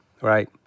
right